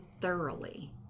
thoroughly